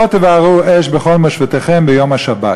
לא תבערו אש בכל משבתיכם ביום השבת".